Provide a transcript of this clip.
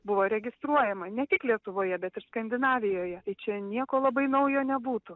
buvo registruojama ne tik lietuvoje bet ir skandinavijoje tai čia nieko labai naujo nebūtų